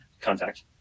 contact